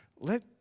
let